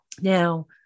Now